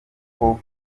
uko